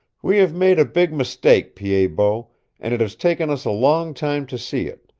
we have made a big mistake, pied-bot, and it has taken us a long time to see it.